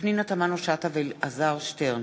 פנינה תמנו-שטה ואלעזר שטרן,